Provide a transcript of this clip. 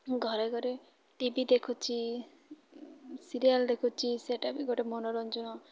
ଘରେ ଘରେ TV ଦେଖୁଛି ସିରିଏଲ୍ ଦେଖୁଛି ସେଇଟା ବି ଗୋଟେ ମନୋରଞ୍ଜନ